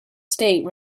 state